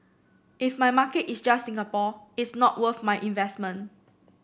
if my market is just Singapore it's not worth my investment